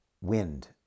wind